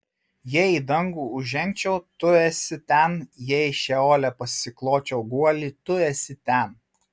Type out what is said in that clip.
jei į dangų užžengčiau tu esi ten jei šeole pasikločiau guolį tu esi ten